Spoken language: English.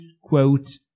quote